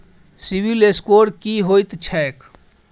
CIBIL score की होइत छैक?